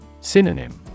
Synonym